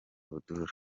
abdul